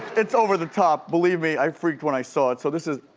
it's over the top. believe me, i freaked when i saw it. so this is.